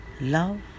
love